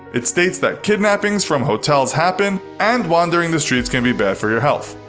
it states that kidnappings from hotels happen, and wandering the streets can be bad for your health.